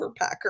overpacker